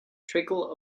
trickle